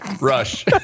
Rush